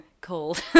cold